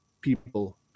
people